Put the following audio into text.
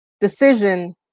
decision